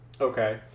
Okay